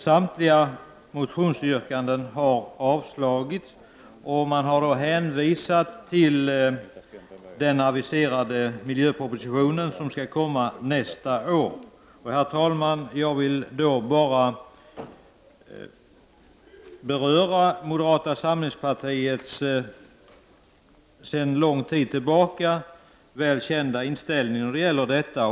Samtliga motionsyrkanden har avstyrkts av utskottet. Man har då hänvisat till den aviserade miljöproposition som skall läggas fram under nästa år. Herr talman! Jag skall beröra moderata samlingspartiets sedan lång tid tillbaka väl kända inställning i den här frågan.